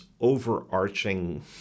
overarching